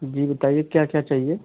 जी बताइए क्या क्या चाहिए